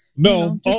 No